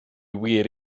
wir